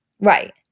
Right